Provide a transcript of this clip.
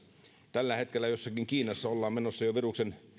tällä hetkellä jossakin kiinassa ollaan menossa jo viruksen